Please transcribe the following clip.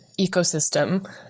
ecosystem